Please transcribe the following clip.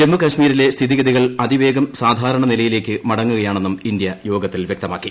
ജമ്മു കശ്മീരിലെ സ്ഥിതിഗതികൾ അതിവേഗം സാധാരണ നിലയിലേക്ക് മടങ്ങുകയാണെന്നും ഇന്ത്യ യോഗത്തിൽ വ്യക്തമാക്കി